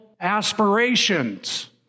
aspirations